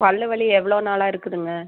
பல்வலி எவ்வளோ நாளாக இருக்குதுங்க